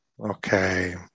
okay